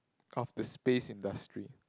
of the space industry